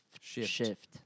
Shift